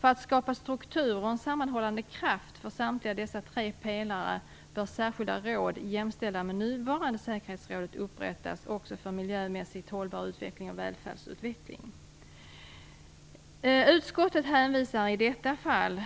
För att skapa struktur och en sammanhållande kraft för samtliga dessa tre pelare bör särskilda råd - jämställda med nuvarande säkerhetsrådet - upprättas också för miljömässigt hållbar utveckling och välfärdsutveckling. Utskottet hänvisar i detta fall